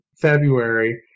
February